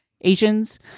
Asians